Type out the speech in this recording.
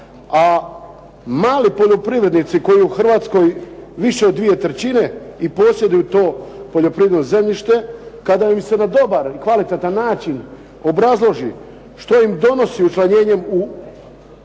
a mali poljoprivrednici koji u Hrvatskoj više od 2/3 i posjeduju to poljoprivredno zemljište. Kada im se na dobar i kvalitetan način obrazloži što im donosi učlanjenjem u komoru